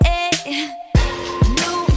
New